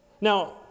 Now